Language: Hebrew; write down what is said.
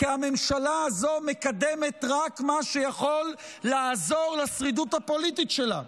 כי הממשלה הזו מקדמת רק מה שיכול לעזור לשרידות הפוליטית שלה.